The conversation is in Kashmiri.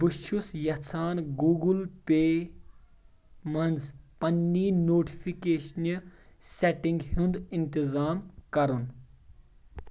بہٕ چھَُس یژھان گوٗگٕل پے منٛز پنٕنۍ نوٹفکیشنہِ سیٹنگ ہُنٛد انتظام کرُن